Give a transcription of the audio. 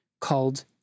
called